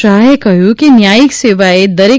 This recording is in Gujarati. શાહે કહ્યું કે ન્યાયિક સેવાએ દરેક